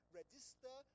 register